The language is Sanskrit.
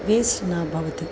वेस्ट् न भवति